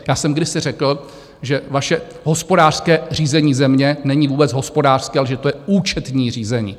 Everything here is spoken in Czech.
Já jsem kdysi řekl, že vaše hospodářské řízení země není vůbec hospodářské, ale že to je účetní řízení.